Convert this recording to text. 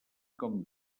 com